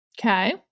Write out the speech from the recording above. Okay